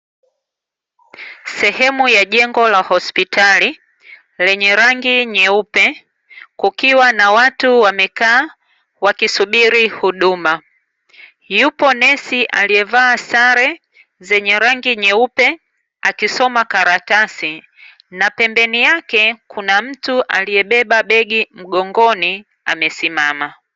Sehemu ya jengo la hospitali, lenye rangi nyeupe, kukiwa na watu wamekaa wakisubiri huduma. Yupo nesi aliyevaa sare zenye rangi nyeupe, akisoma karatasi na pembeni yake kuna mtu aliyebeba begi mgongoni, amesimama.